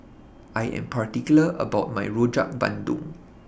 I Am particular about My Rojak Bandung